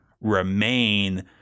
remain